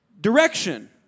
direction